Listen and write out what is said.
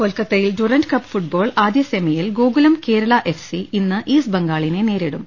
കൊൽക്കത്തയിൽ Durand cup football ആദ്യ semi യിൽ ഗോകുലം കേരള എഫ് സി ഇന്ന് ഈസ്റ്റ് ബംഗാളിനെ നേരി ടും